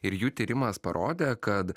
ir jų tyrimas parodė kad